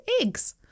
eggs